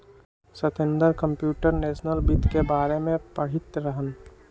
Satender computational वित्त के बारे में पढ़ईत रहन